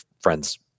friends